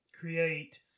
create